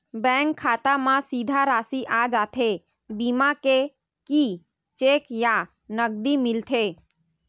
Bank खाता मा सीधा राशि आ जाथे बीमा के कि चेक या नकदी मिलथे?